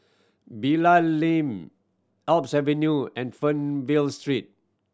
Bilal Lane Alps Avenue and Fernvale Street